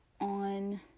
on